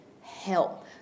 help